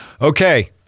Okay